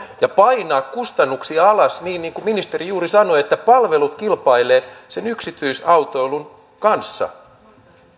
ja painaa kustannuksia alas niin niin kuin ministeri juuri sanoi palvelut kilpailevat sen yksityisautoilun kanssa